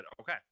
okay